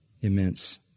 immense